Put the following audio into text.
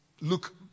look